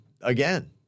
again